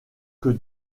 que